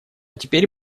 теперь